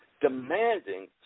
demanding